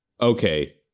okay